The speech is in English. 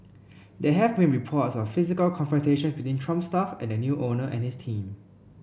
there have been reports of physical confrontation between Trump staff and the new owner and his team